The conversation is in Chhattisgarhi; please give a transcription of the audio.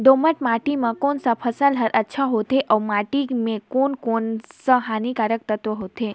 दोमट माटी मां कोन सा फसल ह अच्छा होथे अउर माटी म कोन कोन स हानिकारक तत्व होथे?